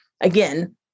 Again